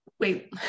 Wait